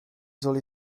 soll